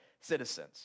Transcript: citizens